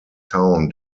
town